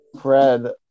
Fred